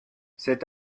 cet